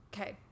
Okay